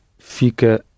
fica